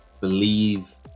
believe